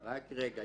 רק רגע,